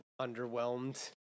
underwhelmed